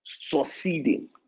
succeeding